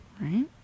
Right